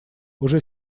уже